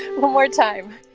more time.